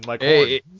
Hey